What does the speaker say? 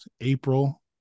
april